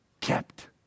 kept